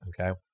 Okay